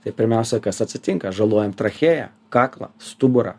tai pirmiausia kas atsitinka žalojam trachėją kaklą stuburą